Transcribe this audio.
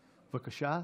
לא עכשיו.